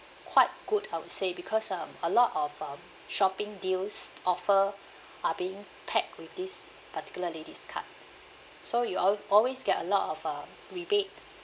quite good I would say because um a lot of um shopping deals offer are being packed with this particular ladies card so you al~ always get a lot of uh rebate